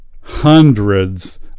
hundreds